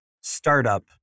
startup